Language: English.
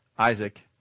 Isaac